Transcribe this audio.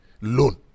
Loan